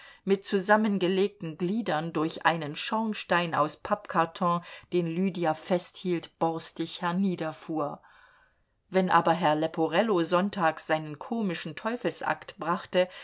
mit zusammengelegten gliedern durch einen schornstein aus pappkarton den lydia festhielt borstig herniederfuhr wenn aber herr leporello sonntags seinen komischen teufelsakt brachte